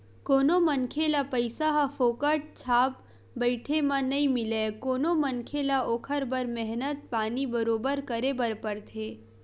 कोनो मनखे ल पइसा ह फोकट छाप बइठे म नइ मिलय कोनो मनखे ल ओखर बर मेहनत पानी बरोबर करे बर परथे